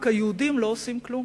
רק היהודים לא עושים כלום,